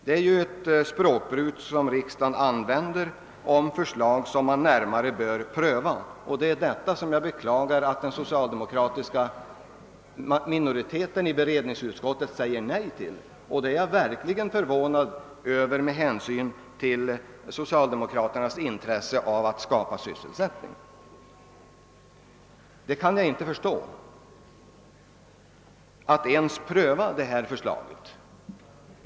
Det är ju ett språkbruk som riksdagen använder om förslag som närmare bör prövas, och jag beklagar att den socialdemokratiska minoriteten i bevillningsutskottet sagt nej till en sådan prövning. Jag är verkligen förvånad över detta inte minst med tanke på socialdemokraternas intresse av att skapa sysselsättning. Jag kan inte förstå att man inte ens vill pröva det här projektet.